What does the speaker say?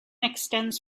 extends